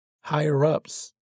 higher-ups